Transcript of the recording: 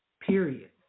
Period